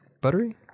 buttery